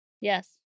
yes